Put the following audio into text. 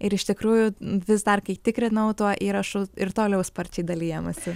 ir iš tikrųjų vis dar kai tikrinau tuo įrašu ir toliau sparčiai dalijamasi